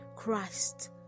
Christ